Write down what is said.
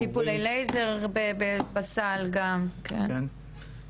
טיפולי לייזר בסל גם, כן.